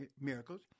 miracles